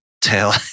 tell